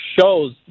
shows